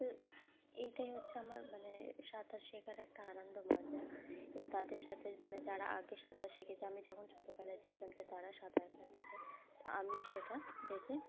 তো এইটাই হচ্ছে আমার মানে সাঁতার শেখার একটা আনন্দ মজা এবার তাদের সাথে মানে যারা আগে সাঁতার শিখেছে আমি যখন ছোটোবেলায় দিতাম যে তারা সাঁতার কাটছে তো আমিও সেটা দেখে